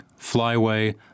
Flyway